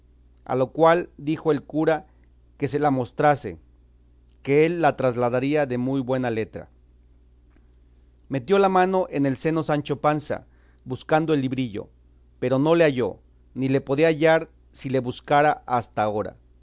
a lo cual dijo el cura que se la mostrase que él la trasladaría de muy buena letra metió la mano en el seno sancho panza buscando el librillo pero no le halló ni le podía hallar si le buscara hasta agora